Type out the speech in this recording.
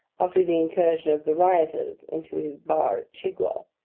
after the incursion of the rioters into his bar at chigwell.